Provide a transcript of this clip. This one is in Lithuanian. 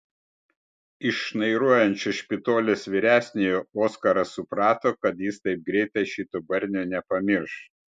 iš šnairuojančio špitolės vyresniojo oskaras suprato kad jis taip greitai šito barnio nepamirš